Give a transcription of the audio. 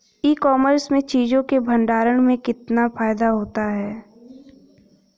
ई commerce में चीज़ों के भंडारण में कितना फायदा होता है?